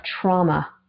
trauma